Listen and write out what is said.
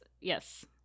yes